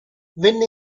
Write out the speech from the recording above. venne